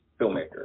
Filmmaker